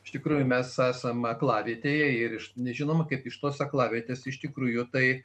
iš tikrųjų mes esam aklavietėje ir nežinoma kaip iš tos aklavietės iš tikrųjų tai